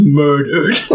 murdered